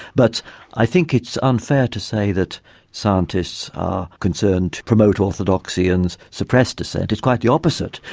but i think it's unfair to say that scientists are concerned to promote orthodoxy and suppress dissent, it's quite the opposite.